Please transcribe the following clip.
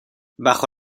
bajo